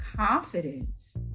confidence